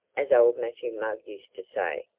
as old matthew mugg used to say,